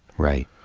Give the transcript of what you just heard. right.